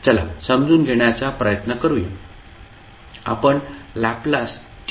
चला समजून घेण्याचा प्रयत्न करूया